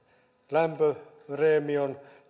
lämpöpreemion